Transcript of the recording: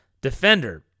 defender